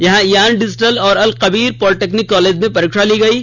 यहां Ian digital और Al Kabir polytechnic college में परीक्षा ली गयी